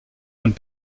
und